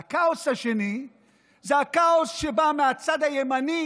והכאוס השני הוא הכאוס שבא מהצד הימני,